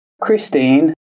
Christine